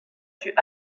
fut